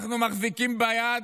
אנחנו מחזיקים ביד